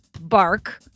bark